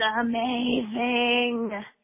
amazing